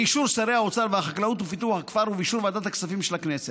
באישור שר האוצר ושר החקלאות ופיתוח הכפר ובאישור ועדת הכספים של הכנסת.